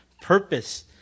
purpose